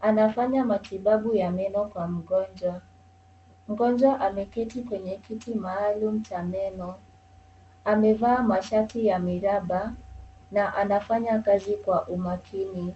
Anafanya matibabu ya meno kwa mgonjwa. Mgonjwa ameketi kwenye kiti maalum cha meno. Amevaa mashati ya miraba na anafanya kazi kwa umakini.